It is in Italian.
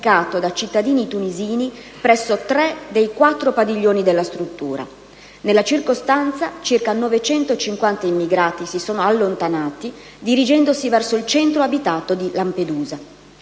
sarebbe stato contestualmente appiccato da cittadini tunisini presso tre dei quattro padiglioni della struttura. Nella circostanza, circa 950 immigrati si sono allontanati, dirigendosi verso il centro abitato di Lampedusa.